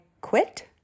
quit